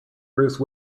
bruce